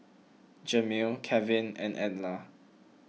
Jamil Kevin and Edla